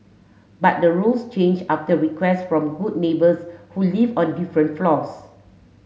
but the rules change after requests from good neighbours who live on different floors